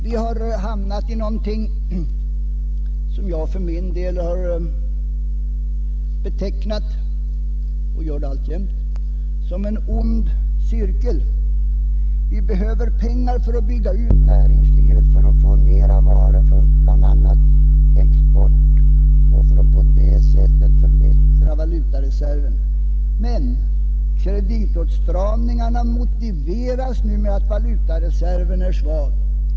Vi har hamnat i något som jag vill beteckna som en ond cirkel. Vi behöver pengar för att bygga ut näringslivet och därigenom få mera varor för bl.a. export och för att på det sättet förbättra valutareserven. Men kreditåtstramningarna motiveras nu med att valutareserven är svag.